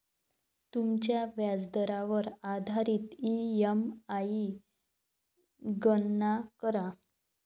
तुमच्या व्याजदरावर आधारित ई.एम.आई गणना करा